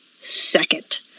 Second